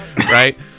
right